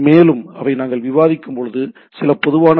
மேலும் அவை நாங்கள் விவாதிக்கும்போது சில பொதுவான டி